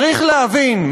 צריך להבין,